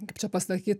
kaip čia pasakyt